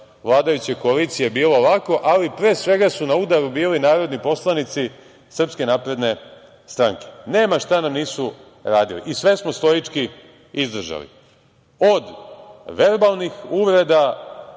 vladajuće koalicije bilo lako, ali pre svega su na udaru bili narodni poslanici SNS, nema šta nam nisu radili i sve smo stoički izdržali, od verbalnih uvreda